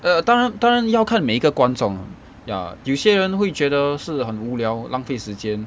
err 当然当然要看每一个观众 ah ya 有些人会觉得是很无聊浪费时间